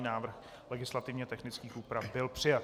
Návrh legislativně technických úprav byl přijat.